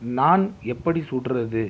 நான் எப்படி சுடுறது